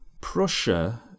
Prussia